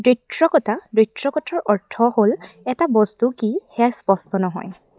দ্ব্যৰ্থকতা দ্ব্যৰ্থকতাৰ অৰ্থ হ'ল এটা বস্তু কি সেয়া স্পষ্ট নহয়